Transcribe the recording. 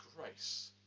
grace